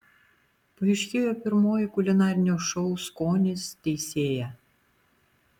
paaiškėjo pirmoji kulinarinio šou skonis teisėja